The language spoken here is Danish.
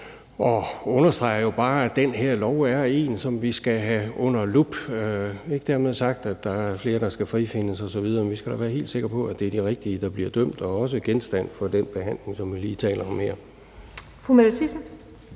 og understreger bare, at den her lov er en, som vi skal have sat under lup. Ikke dermed sagt, at der er flere, der skal frifindes osv., men vi skal være helt sikre på, at det er de rigtige, der bliver dømt og også genstand for den behandling, som vi lige taler om her. Kl. 16:39 Den